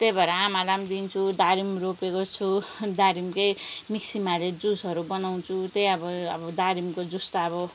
त्यही भएर आमालाई पनि दिन्छु दारिम रोपेको छु दारिमकै मिक्सीमा हालेर जुसहरू बनाउँछु त्यही अब अब दारिमको जुस त अब